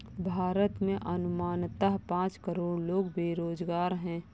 भारत में अनुमानतः पांच करोड़ लोग बेरोज़गार है